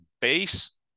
base